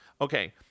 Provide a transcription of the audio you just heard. okay